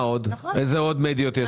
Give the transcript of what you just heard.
איזה עוד מדיות יש